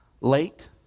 late